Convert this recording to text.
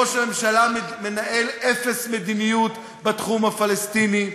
ראש הממשלה מנהל אפס מדיניות בתחום הפלסטיני,